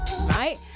right